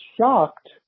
shocked